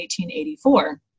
1884